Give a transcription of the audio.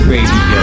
Radio